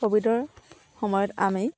ক'ভিডৰ সময়ত আমি